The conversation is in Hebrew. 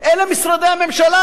זה משרדי הממשלה.